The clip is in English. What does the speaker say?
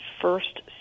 first